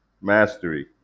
Mastery